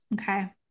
okay